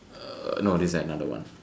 uh not this one another one